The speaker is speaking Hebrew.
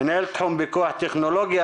מנהל תחום פיקוח טכנולוגי.